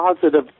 positive